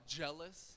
jealous